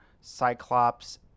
Cyclops